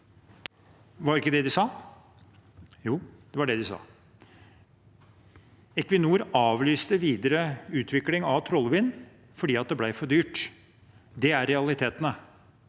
Var det ikke det de sa? Jo, det var det de sa. Equinor avlyste videre utvikling av Trollvind fordi det ble for dyrt. Det er realitetene.